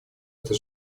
это